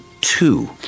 two